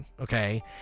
okay